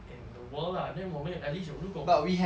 in the world lah then 我们 at least 有